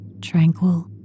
Tranquil